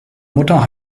mutter